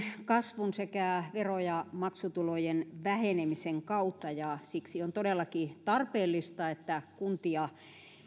kasvun sekä vero ja maksutulojen vähenemisen kautta ja siksi on todellakin tarpeellista että kuntia